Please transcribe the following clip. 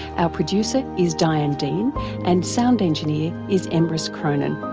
our producer is diane dean and sound engineer is emrys cronin.